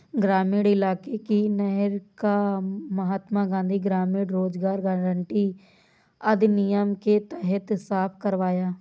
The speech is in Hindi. ग्रामीण इलाके की नहर को महात्मा गांधी ग्रामीण रोजगार गारंटी अधिनियम के तहत साफ करवाया